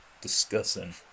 discussing